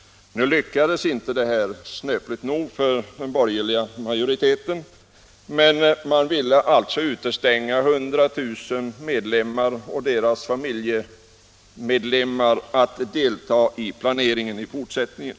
Nu lyckades inte det här, snöpligt nog för den borgerliga majoriteten. Men den ville alltså utestänga 100 000 medlemmar och deras familjemedlemmar från att delta i planeringen i fortsättningen.